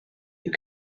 you